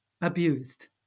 abused